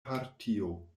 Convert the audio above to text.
partio